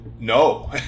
No